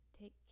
take